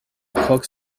koch